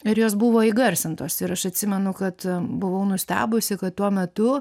ir jos buvo įgarsintos ir aš atsimenu kad buvau nustebusi kad tuo metu